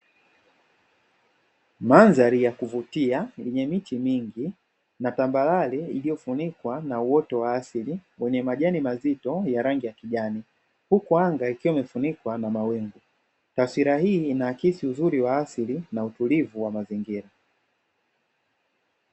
Mandhari ya kuvutia, yenye miti mingi na tambarare, iliyofunikwa na uoto wa asili wenye majani mazito ya rangi ya kijani, huku anga likiwa limefunikwa na mawingu. Taswira hii inaakisi uzuri wa asili na utulivu wa mazingira.